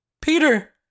Peter